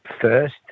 first